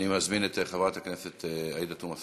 אני מזמין את חברת הכנסת עאידה תומא סלימאן.